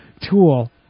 tool